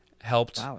helped